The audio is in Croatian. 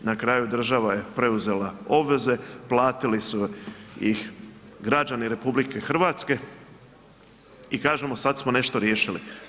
Na kraju država je preuzela obveze, platili su ih građani RH i kažemo sad smo nešto riješili.